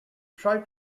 tried